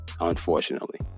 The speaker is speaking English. unfortunately